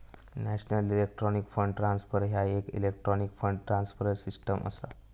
national electronic fund transfer ह्या येक electronic fund transfer system असा